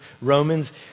Romans